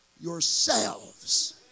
yourselves